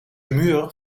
muur